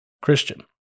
Christian